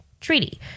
treaty